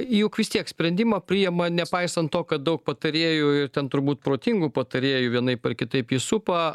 juk vis tiek sprendimą priima nepaisant to kad daug patarėjų ir ten turbūt protingų patarėjų vienaip ar kitaip jį supa